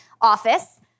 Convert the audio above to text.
office